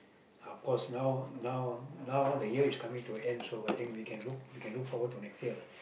of course now now now the year is coming to an end so I think we can look we can look forward to next year lah